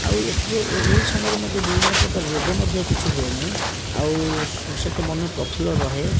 ଆଉ ଏଥିରେ ଏଇ ସମୟରେ ମଧ୍ୟ ବିଭିନ୍ନପ୍ରକାର ରୋଗ ମଧ୍ୟ କିଛି ହୁଏନାହିଁ ଆଉ ସୁଶୀତ ମନ ପ୍ରଫୁଲ୍ଲ ରୁହେ